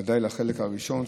ודאי לחלק הראשון,